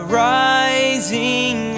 rising